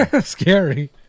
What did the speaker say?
Scary